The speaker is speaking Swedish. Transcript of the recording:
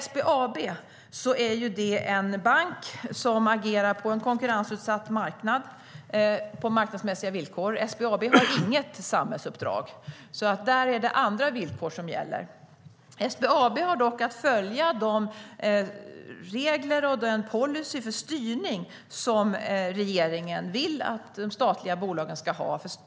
SBAB är en bank som agerar på en konkurrensutsatt marknad och på marknadsmässiga villkor. SBAB har inget samhällsuppdrag. Där är det alltså andra villkor som gäller. SBAB har dock att följa de regler och den policy för styrning som regeringen vill att de statliga bolagen ska ha.